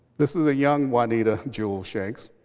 this is a young juanita jewel shanks.